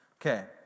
Okay